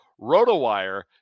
Rotowire